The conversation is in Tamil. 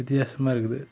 வித்தியாசமாக இருக்குது